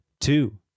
two